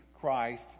Christ